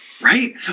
Right